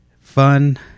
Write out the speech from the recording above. fun